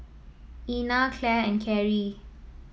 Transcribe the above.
Ina Clare and Carie